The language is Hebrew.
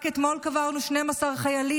רק אתמול קברנו 12 חיילים,